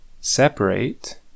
separate